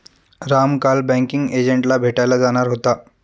राम काल बँकिंग एजंटला भेटायला जाणार होता